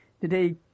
today